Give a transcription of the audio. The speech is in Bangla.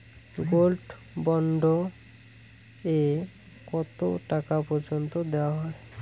গোল্ড বন্ড এ কতো টাকা পর্যন্ত দেওয়া হয়?